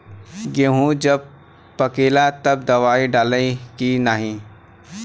गेहूँ जब पकेला तब दवाई डाली की नाही?